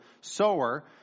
sower